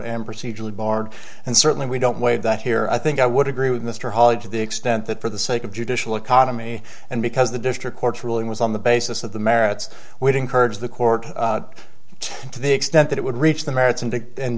and procedural barn and certainly we don't waive that here i think i would agree with mr holly to the extent that for the sake of judicial economy and because the district court's ruling was on the basis of the merits would encourage the court to the extent that it would reach the merits and to